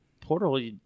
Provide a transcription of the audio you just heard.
portal